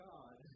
God